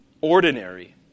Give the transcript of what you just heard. ordinary